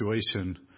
situation